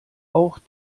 auch